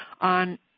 on